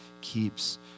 keeps